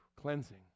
cleansing